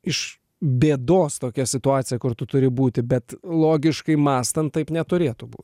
iš bėdos tokia situacija kur tu turi būti bet logiškai mąstant taip neturėtų būt